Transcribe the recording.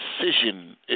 decision